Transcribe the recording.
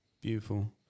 Beautiful